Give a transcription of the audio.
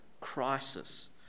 crisis